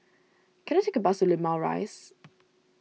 can I take a bus to Limau Rise